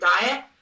diet